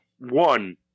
one